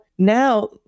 Now